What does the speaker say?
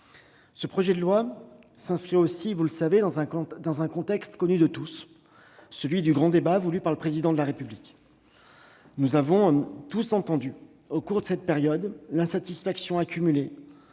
Ce projet de loi s'inscrit aussi dans un contexte connu de tous, celui du grand débat voulu par le Président de la République. Nous avons tous entendu, au cours de cette période, l'insatisfaction accumulée,